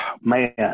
Man